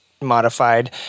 modified